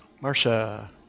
Marcia